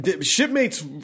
Shipmates